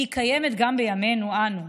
היא קיימת גם בימינו אנו.